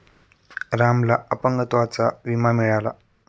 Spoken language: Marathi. रामला अपंगत्वाचा विमा मिळाला